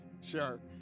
Sure